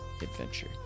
adventure